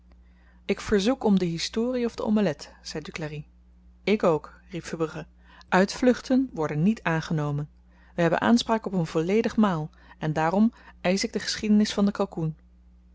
ik verzoek om de historie of de omelet zei duclari ik ook riep verbrugge uitvluchten worden niet aangenomen we hebben aanspraak op een volledig maal en daarom eisch ik de geschiedenis van den kalkoen